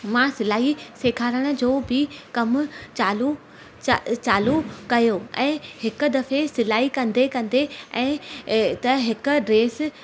मां सिलाई सेखारण जो बि कमु चालू चा अ चालू कयो ऐं हिक दफ़े सिलाई कंदे कंदे ऐं अ त हिक ड्रेस